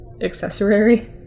accessory